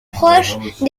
proche